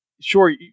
sure